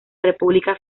república